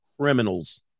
criminals